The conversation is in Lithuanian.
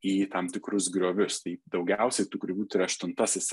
į tam tikrus griovius tai daugiausiai tų kurių turi aštuntasis